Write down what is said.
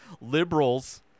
liberals